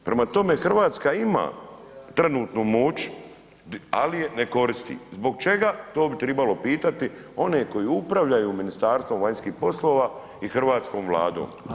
Prema tome, Hrvatska ima trenutnu moć ali je ne koristi, zbog čega, to bi trebalo pitati one koji upravljaju Ministarstvom vanjskih poslova i hrvatskom Vladom.